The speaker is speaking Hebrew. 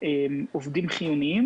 עובדים חיוניים